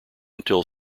until